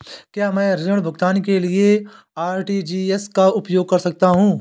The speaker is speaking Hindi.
क्या मैं ऋण भुगतान के लिए आर.टी.जी.एस का उपयोग कर सकता हूँ?